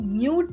new